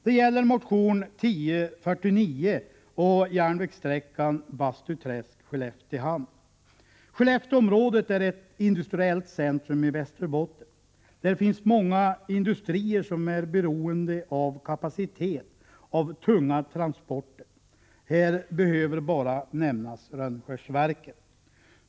Det gäller motion 1049 och järnvägssträckan Bastuträsk— Skelleftehamn. Skellefteområdet är ett industriellt centrum i Västerbotten. Där finns många industrier som är beroende av kapacitet av tunga transporter. Här behöver bara nämnas Rönnskärsverken.